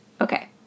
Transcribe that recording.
okay